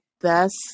best